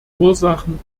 ursachen